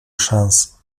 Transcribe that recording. szans